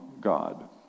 God